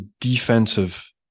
defensive